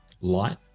light